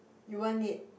you won't need